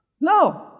No